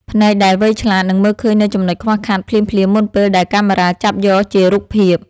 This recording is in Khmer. ភ្នែកដែលវៃឆ្លាតនឹងមើលឃើញនូវចំណុចខ្វះខាតភ្លាមៗមុនពេលដែលកាមេរ៉ាចាប់យកជារូបភាព។